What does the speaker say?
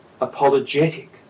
apologetic